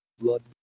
blood